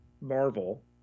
Marvel